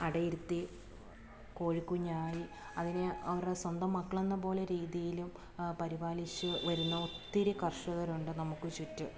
അടയിരുത്തി കോഴിക്കുഞ്ഞായി അതിനെ അവരുടെ സ്വന്തം മക്കളെന്നതുപോലെ രീതിയിലും പരിപാലിച്ച് വരുന്ന ഒത്തിരി കർഷകർ ഉണ്ട് നമുക്ക് ചുറ്റും